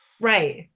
Right